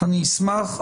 אני אשמח.